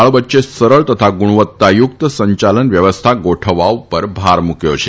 પાળ વચ્ચે સરળ તથા ગુણવત્તાયુક્ત સંયાલન વ્યવસ્થા ગોઠવવા ઉપર ભાર મૂક્યો છે